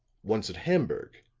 once at hamburg,